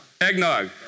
Eggnog